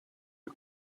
you